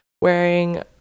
wearing